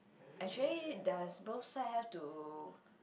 actually does both side have to